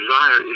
desire